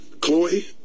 Chloe